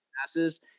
passes